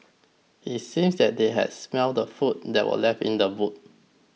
it seems that they had smelt the food that were left in the boot